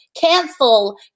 cancel